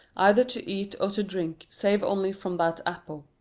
either to eat or to drink, save only from that apple.